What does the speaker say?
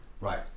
Right